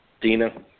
Dina